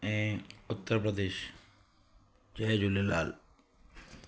ऐं उत्तर प्रदेश जय झूलेलाल